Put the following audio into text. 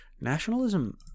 Nationalism